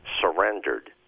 surrendered